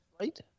Right